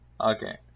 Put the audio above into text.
Okay